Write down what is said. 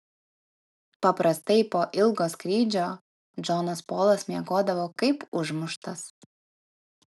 paprastai po ilgo skrydžio džonas polas miegodavo kaip užmuštas